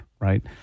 right